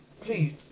Please